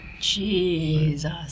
Jesus